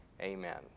amen